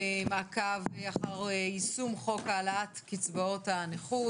למעקב אחר יישום חוק העלאת קצבאות הנכות,